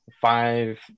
five